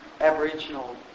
aboriginal